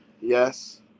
Yes